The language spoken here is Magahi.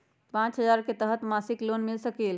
पाँच हजार के तहत मासिक लोन मिल सकील?